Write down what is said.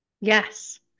yes